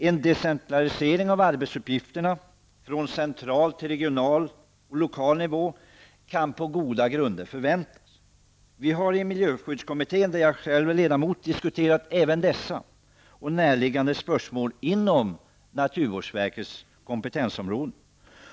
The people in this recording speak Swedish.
En decentralisering av arbetsuppgifterna från central till regional och lokal nivå kan på goda grunder förväntas. Vi har i miljöskyddskommittén, där jag själv är ledamot, diskuterat även dessa och näraliggande spörsmål inom naturvårdsverkets kompetensområde.